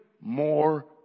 more